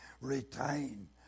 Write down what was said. Retain